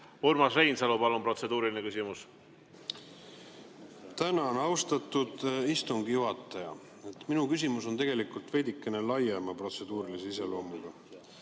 Urmas Reinsalu, palun, protseduuriline küsimus! Tänan, austatud istungi juhataja! Minu küsimus on veidikene laiema protseduurilise iseloomuga